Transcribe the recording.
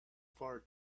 far